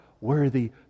Worthy